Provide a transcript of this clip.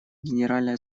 генеральной